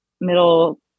middle